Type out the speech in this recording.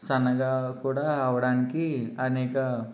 సన్నగా కూడా అవడానికి అనేక